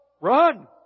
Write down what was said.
run